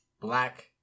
black